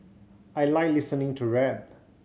I like listening to rap